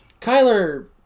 Kyler